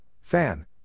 Fan